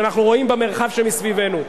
שאנחנו רואים במרחב שמסביבנו.